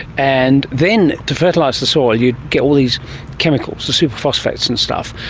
and then to fertilise the soil you'd get all these chemicals, the superphosphates and stuff,